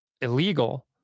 illegal